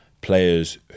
players